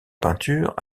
peinture